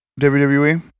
wwe